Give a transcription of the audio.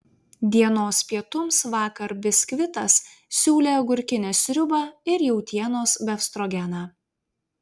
dienos pietums vakar biskvitas siūlė agurkinę sriubą ir jautienos befstrogeną